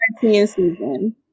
season